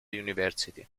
university